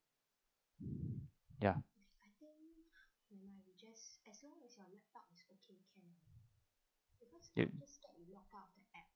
ya yup